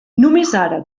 ara